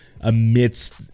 amidst